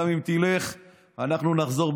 גם אם תלך אנחנו נחזור,